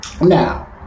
Now